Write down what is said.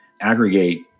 aggregate